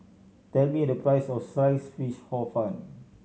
tell me the price of Sliced Fish Hor Fun